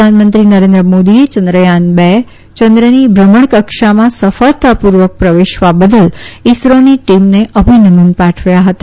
પ્રધાનમંત્રી નરેન્દ્ર મોદીએ ચંદ્રયાન બે ને ચંદ્રની ભ઼મણ કક્ષામાં સફળતાપુર્વક પ્રવેશવા બદલ ઈસરોની ટીમને અભિનંદન પાઠવ્યા હતા